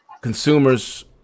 consumers